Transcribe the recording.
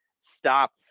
stop